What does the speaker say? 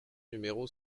numéro